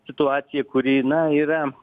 situacija kuri na yra